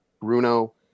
Bruno